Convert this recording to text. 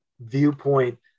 viewpoint